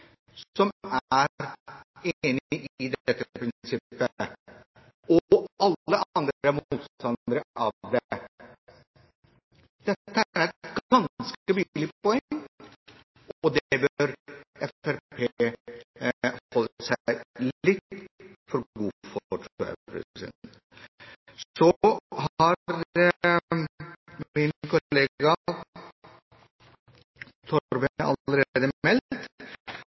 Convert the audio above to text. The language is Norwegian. er enig i dette prinsippet, og at alle andre er motstandere av det. Dette er et ganske billig poeng, og det bør Fremskrittspartiet holde seg litt for god for, tror jeg. Så har min